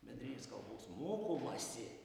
bendrinės kalbos mokomasi